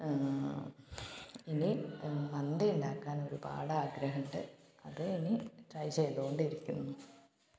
ഇനി മന്തി ഉണ്ടാക്കാൻ ഒരുപാട് ആഗ്രഹം ഉണ്ട് അത് ഇനി ട്രൈ ചെയ്തുകൊണ്ടിരിക്കുന്നു